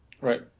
right